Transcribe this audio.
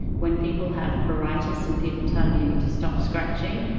when people have pruritus and people tell you to stop scratching,